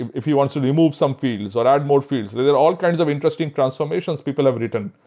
if if he wants to remove some fields, or add more fields. there there are all kinds of interesting transformations people have written.